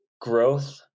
growth